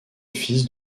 fils